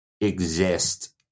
exist